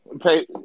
Pay